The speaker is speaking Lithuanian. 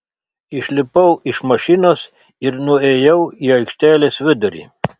išlipau iš mašinos ir nuėjau į aikštelės vidurį